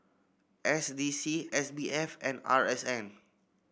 S D C S B F and R S N